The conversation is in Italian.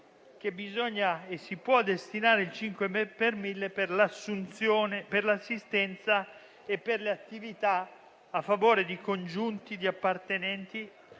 che bisogna e si può destinare il 5 per mille per l'assistenza e le attività a favore di congiunti di appartenenti